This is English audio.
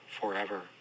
forever